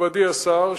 מכובדי השר,